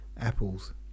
apples